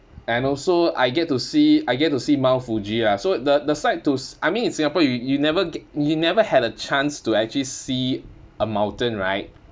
and also I get to see I get to see mount fuji lah so the the site to s~ I mean in singapore you you never g~ you never had a chance to actually see a mountain right